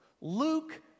Luke